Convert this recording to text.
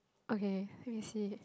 okay help me see